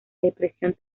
depresión